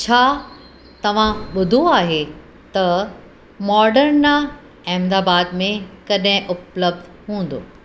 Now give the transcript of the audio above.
छा तव्हां ॿुधो आहे त मॉडर्ना अहमदाबाद में कॾहिं उपलब्ध हूंदो